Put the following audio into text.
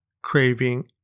craving